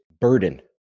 burden